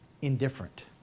indifferent